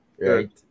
right